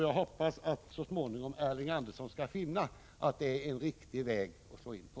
Jag hoppas att Elving Andersson så småningom skall finna att detta är en riktig väg att slå in på.